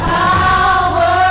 power